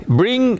bring